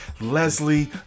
Leslie